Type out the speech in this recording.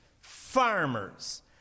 farmers